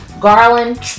Garland